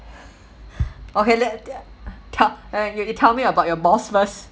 okay let uh you you tell me about your boss first